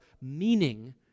meaning